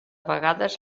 vegades